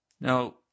Now